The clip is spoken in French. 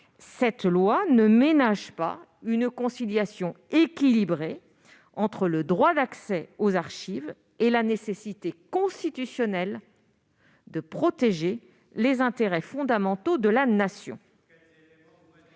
elle ne ménage pas une conciliation équilibrée entre le droit d'accès aux archives et la nécessité constitutionnelle de protéger les intérêts fondamentaux de la Nation.